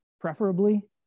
preferably